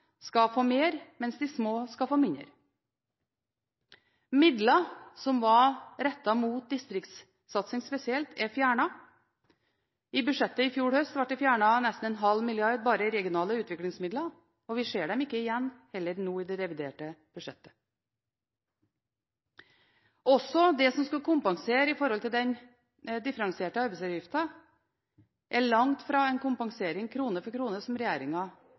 skal få mer, mens de små skal få mindre. Midler som var rettet mot distriktssatsing spesielt, er fjernet. I budsjettet i fjor høst ble det fjernet nesten en halv milliard kroner bare i regionale utviklingsmidler. Vi ser dem heller ikke igjen i det reviderte budsjettet nå. Også det som skulle kompensere for den differensierte arbeidsgiveravgiften, er langt ifra en kompensering krone for krone – som